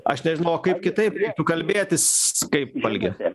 aš nežinau o kaip kitaip reiktų kalbėtis kaip algi